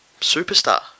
superstar